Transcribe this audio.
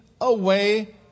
away